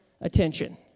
attention